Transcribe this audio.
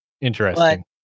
Interesting